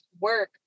work